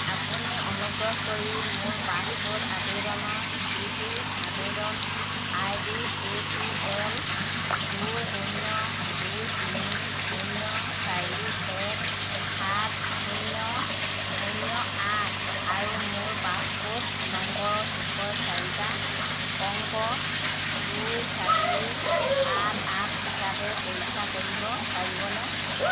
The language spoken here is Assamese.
আপুনি অনুগ্ৰহ কৰি মোৰ পাছপোৰ্ট আবেদনৰ স্থিতি আবেদন I D A P L দুই শূন্য দুই তিনি শূন্য চাৰি এক সাত শূন্য শূন্য আঠ আৰু মোৰ পাছপোৰ্ট নম্বৰৰ শেষৰ চাৰিটা অংক দুই চাৰি সাত আঠ হিচাপে পৰীক্ষা কৰিব পাৰিবনে